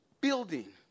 building